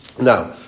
Now